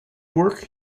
work